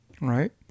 right